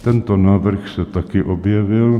Tento návrh se taky objevil.